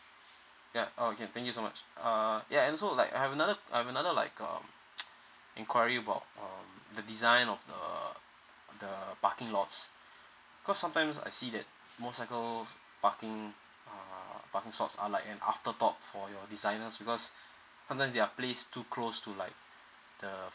ya okay thank you so much err ya also like I have another like um enquiry about um the design of the the parking lots cause sometimes I see that motorcycle parking uh parking slots are like an after thought for your designers because sometimes they are place too close to like the